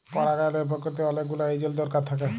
পরাগায়লের পক্রিয়াতে অলেক গুলা এজেল্ট দরকার থ্যাকে